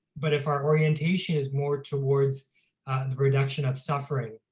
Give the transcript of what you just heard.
but if our orientation is more towards the reduction of suffering,